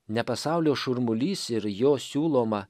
ne pasaulio šurmulys ir jo siūloma